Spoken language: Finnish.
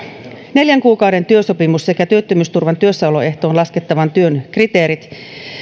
neljän kuukauden työsopimus sekä työttömyysturvan työssäoloehtoon laskettavan työn kriteerit